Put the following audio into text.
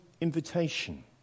invitation